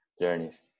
journeys